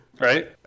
right